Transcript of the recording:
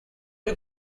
you